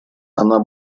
она